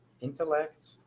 intellect